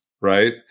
right